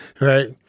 right